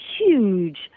huge